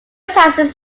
houses